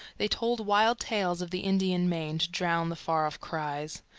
they told wild tales of the indian main, to drown the far-off cries.